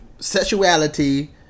sexuality